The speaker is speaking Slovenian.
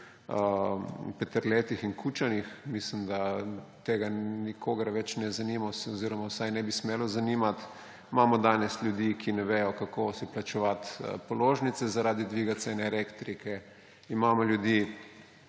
Peterletih in Kučanih, mislim, da to nikogar več ne zanima oziroma vsaj ne bi smelo zanimati. Imamo danes ljudi, ki ne vedo, kako si plačevati položnice zaradi dviga cene elektrike. Imamo ljudi,